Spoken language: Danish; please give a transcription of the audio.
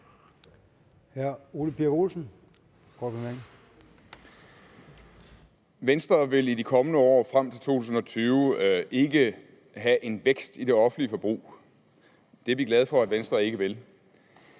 Venstre vil i de kommende år frem til 2020 ikke have en vækst i det offentlige forbrug. Det er vi glade for at Venstre ikke vil.